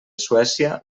suècia